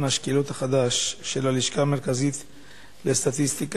השקילות החדש" של הלשכה המרכזית לסטטיסטיקה,